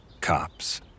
cops